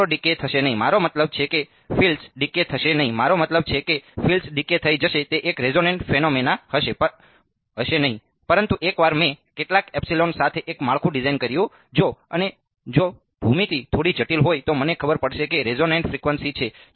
ક્ષેત્રો ડીકેય થશે નહીં મારો મતલબ છે કે ફિલ્ડ્સ ડીકેય થશે નહીં મારો મતલબ છે કે ફિલ્ડ્સ ડીકેય થઈ જશે તે એક રેઝોનેટ ફેનોમેના હશે નહીં પરંતુ એકવાર મેં કેટલાક એપ્સીલોન સાથે એક માળખું ડિઝાઇન કર્યું જો અને જો ભૂમિતિ થોડી જટિલ હોય તો મને ખબર પડશે કે રેઝોનેટફ્રિકવન્સી છે